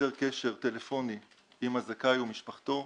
יוצר קשר טלפוני עם הזכאי או משפחתו,